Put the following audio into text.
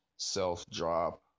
self-drop